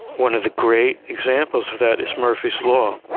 one of the great examples of that is murphy's law.